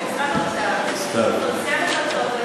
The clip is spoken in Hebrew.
האוצר סתיו,